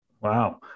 Wow